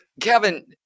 Kevin